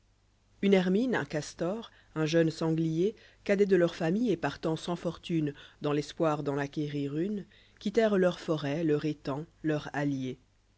une hermine un c'âstof un jeune sanglier cadets de leur famille jetpartant sans fortune dans l'espoir den acquérir une quittèrent leur forêt leur étang leur hallier